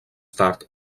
tard